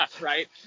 Right